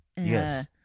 Yes